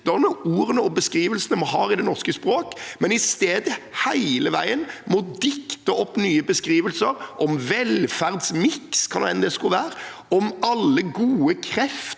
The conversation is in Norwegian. ordene og beskrivelsene vi har i det norske språk, men i stedet hele tiden må dikte opp nye beskrivelser om «velferdsmiks», hva nå enn det